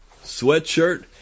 sweatshirt